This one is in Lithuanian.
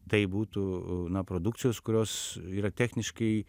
tai būtų na produkcijos kurios yra techniškai